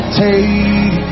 take